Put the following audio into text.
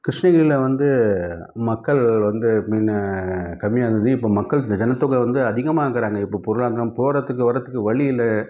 கிருஷ்ணகிரியில் வந்து மக்கள் வந்து முன்ன கம்மியாக இருந்தது இப்போ மக்கள் வந்து ஜனத்தொகை வந்து அதிகமாக்குகிறாங்க இப்போ பொருளாதாரம் போகிறதுக்கு வர்றதுக்கு வழி இல்லை